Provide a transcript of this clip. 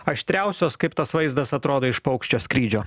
aštriausios kaip tas vaizdas atrodo iš paukščio skrydžio